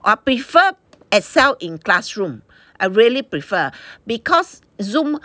I prefer Excel in classroom I really prefer because Zoom